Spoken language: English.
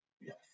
Yes